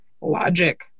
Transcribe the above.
logic